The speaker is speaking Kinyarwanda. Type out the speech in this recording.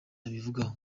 abivugaho